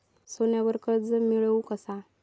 सोन्यावर कर्ज मिळवू कसा?